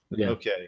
Okay